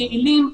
יעילים,